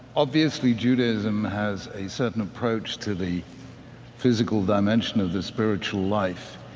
obviously, judaism has a certain approach to the physical dimension of the spiritual life.